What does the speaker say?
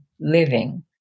living